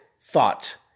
thought